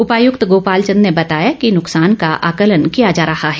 उपायुक्त गोपाल चंद ने बताया कि नुकसान का आंकलन किया जा रहा है